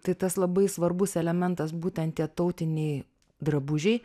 tai tas labai svarbus elementas būtent tie tautiniai drabužiai